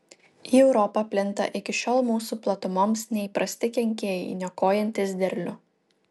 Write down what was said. į europą plinta iki šiol mūsų platumoms neįprasti kenkėjai niokojantys derlių